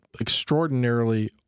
extraordinarily